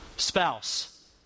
Spouse